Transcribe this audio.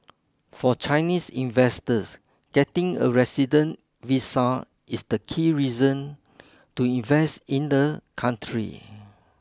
for Chinese investors getting a resident visa is the key reason to invest in the country